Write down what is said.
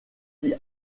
qui